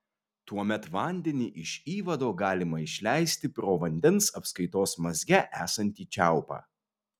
tuomet vandenį iš įvado galima išleisti pro vandens apskaitos mazge esantį čiaupą